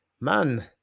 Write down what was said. Man